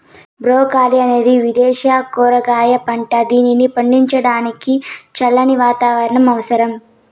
broccoli అనేది విదేశ కూరగాయ పంట, దీనిని పండించడానికి చల్లని వాతావరణం అవసరం